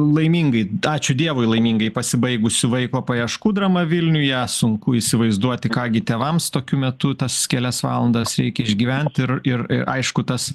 laimingai ačiū dievui laimingai pasibaigusi vaiko paieškų drama vilniuje sunku įsivaizduoti ką gi tėvams tokiu metu tas kelias valandas reikia išgyvent ir ir aišku tas